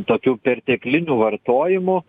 tokiu pertekliniu vartojimu